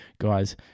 guys